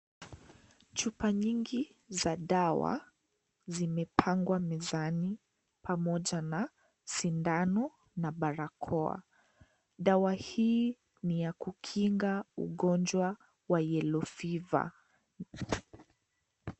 Chupa nyingi za dawa zimepangwa mezani pamoja na sindano na barakoa. Dawa hii ni ya kukinga ugonjwa wa yellow fever .